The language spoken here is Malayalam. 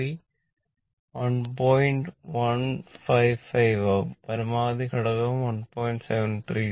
155 ആകും പരമാവധി ഘടകം 1